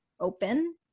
open